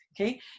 Okay